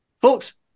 Folks